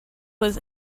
was